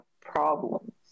problems